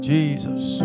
Jesus